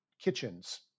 kitchens